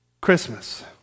Christmas